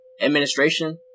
administration